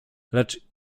lecz